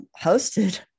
hosted